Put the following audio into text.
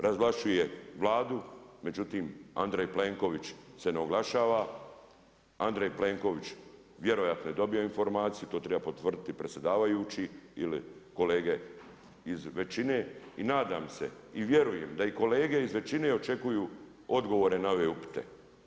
Razvlašćuju Vladu, međutim, Andrej Plenković se ne oglašava, Andrej Plenković vjerojatno je dobio informaciju, to treba potvrditi predsjedavajući, jer kolege iz većine i nadam se i vjerujem da kolege iz većine očekuju odgovore na ove upite.